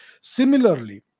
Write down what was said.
Similarly